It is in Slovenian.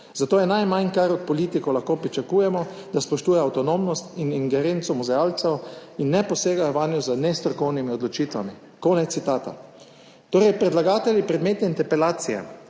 Zato je najmanj kar od politikov lahko pričakujemo, da spoštujejo avtonomnost in ingerenco muzealcev in ne posegajo vanjo z nestrokovnimi odločitvami.« Konec citata. Predlagatelji predmetne interpelacije